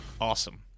Awesome